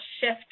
shift